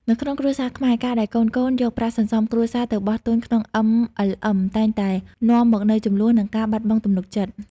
នៅក្នុងគ្រួសារខ្មែរ ការដែលកូនៗយកប្រាក់សន្សំគ្រួសារទៅបោះទុនក្នុង MLM តែងតែនាំមកនូវជម្លោះ និងការបាត់បង់ទំនុកចិត្ត។